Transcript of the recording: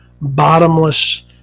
bottomless